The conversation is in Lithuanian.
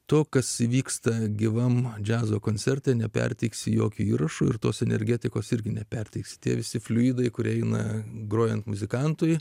to kas vyksta gyvam džiazo koncerte neperteiksi jokių įrašų ir tos energetikos irgi neperteiks tie visi fliujidai kurie eina grojant muzikantui